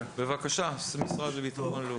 כן, בבקשה, המשרד לבטחון לאומי.